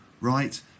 right